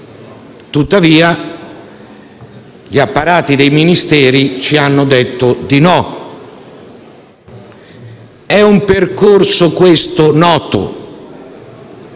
Tuttavia, gli apparati dei Ministeri ci hanno detto di no. È un percorso noto